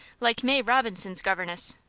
like may robinson's governess.